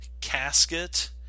casket